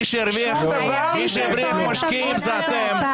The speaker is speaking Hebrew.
מי שהבריח משקיעים זה אתם.